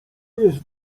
jest